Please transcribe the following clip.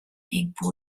igbo